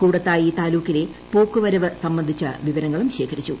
കൂടത്തായി താലൂക്കിലെ പോക്കുവരവ് സംബന്ധിച്ച വിവരങ്ങളും ശേഖരിച്ചു